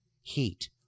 heat